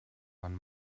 man